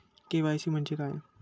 KYC म्हणजे काय?